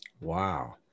wow